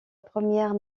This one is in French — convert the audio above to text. première